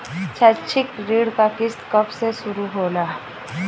शैक्षिक ऋण क किस्त कब से शुरू होला?